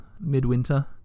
midwinter